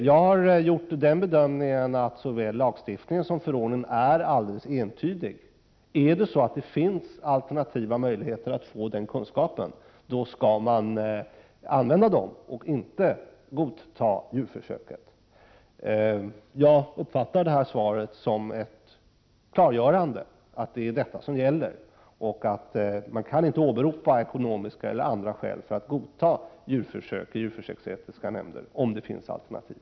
Jag har gjort den bedömningen att både lagstiftningen och förordningen är helt entydiga: finns det alternativa möjligheter att få kunskaper skall de användas, och djurförsök skall inte godtas. Jag uppfattar detta svar som ett klargörande av att det är detta som gäller och att ekonomiska eller andra skäl för att godta djurförsök inte kan åberopas av djuretiska nämnder, om det finns alternativ.